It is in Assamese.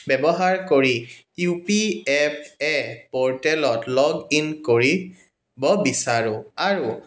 ব্যৱহাৰ কৰি ইউ পি এফ এ প'ৰ্টেলত লগ ইন কৰিব বিচাৰোঁ আৰু